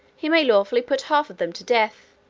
he may lawfully put half of them to death,